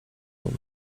nim